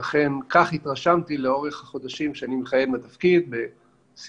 ואכן כך התרשמתי לאורך החודשים שאני מכהן בתפקיד ובסדרה